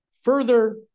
Further